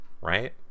right